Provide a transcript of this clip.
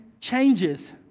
changes